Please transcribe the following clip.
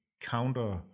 counter